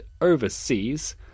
overseas